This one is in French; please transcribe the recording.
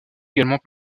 également